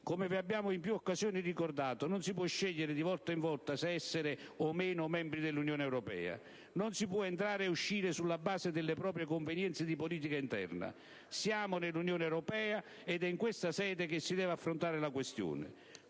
Come vi abbiamo in più occasioni ricordato, non si può scegliere, di volta in volta, se essere o meno membri dell'Unione europea; non si può entrare ed uscire sulla base delle proprie convenienze di politica interna. Siamo nell'Unione europea ed è in questa sede che si deve affrontare la questione.